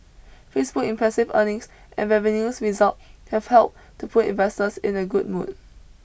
Facebook impressive earnings and revenues result have helped to put investors in a good mood